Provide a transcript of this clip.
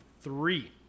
three